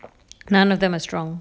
none of them are strong